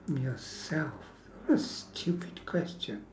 from yourself what a stupid question